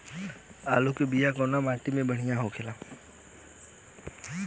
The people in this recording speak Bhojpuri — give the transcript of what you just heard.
आलू के बिया कवना माटी मे बढ़ियां होला?